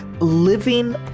living